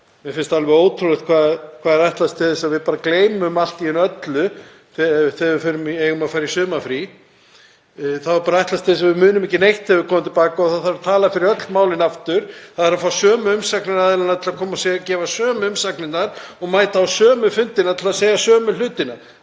Mér finnst alveg ótrúlegt hvernig er ætlast til þess að við gleymum allt í einu öllu þegar við eigum að fara í sumarfrí. Það er bara ætlast til þess að við munum ekki neitt þegar við komum til baka og það þarf að mæla fyrir öllum málunum aftur. Það þarf að fá sömu umsagnaraðila til að koma og gefa sömu umsagnirnar og mæta á sömu fundina til að segja sömu hlutina